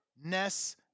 Ness